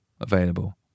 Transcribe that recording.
Available